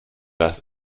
dass